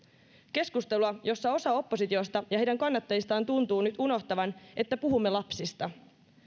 keskustelua jossa osa oppositiosta ja heidän kannattajistaan tuntuu nyt unohtavan että puhumme lapsista